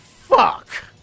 fuck